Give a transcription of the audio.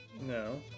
No